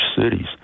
cities